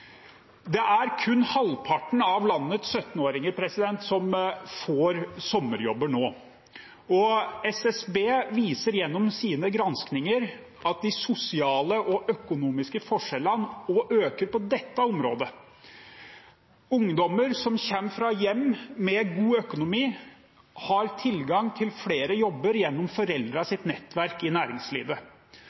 Det er kun halvparten av landets 17-åringer som får sommerjobber nå. SSB viser gjennom sine granskninger at de sosiale og økonomiske forskjellene øker på dette området. Ungdommer som kommer fra hjem med god økonomi, har tilgang til flere jobber gjennom foreldrenes nettverk i næringslivet.